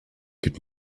could